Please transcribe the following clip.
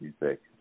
music